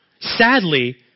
sadly